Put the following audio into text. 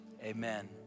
amen